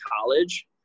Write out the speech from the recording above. college